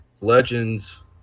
legends